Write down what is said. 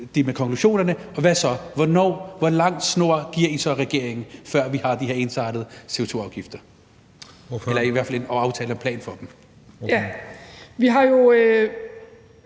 med konklusionerne, og hvad så? Hvor lang snor giver I så regeringen, før vi har de her ensartede CO2-afgifter og en aftale og en plan for dem? Kl. 16:30 Den